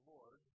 Lord